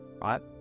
right